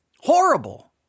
Horrible